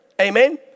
Amen